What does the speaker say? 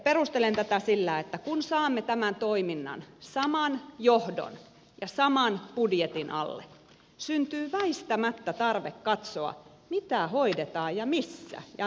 perustelen tätä sillä että kun saamme tämän toiminnan saman johdon ja saman budjetin alle syntyy väistämättä tarve katsoa mitä hoidetaan ja missä ja milloin